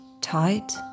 tight